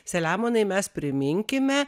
selemonai mes priminkime